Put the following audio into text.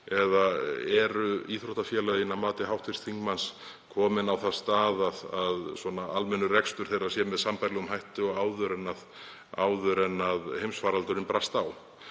Eða eru íþróttafélögin að mati hv. þingmanns komin á þann stað að almennur rekstur þeirra sé með sambærilegum hætti og áður en heimsfaraldur brast á?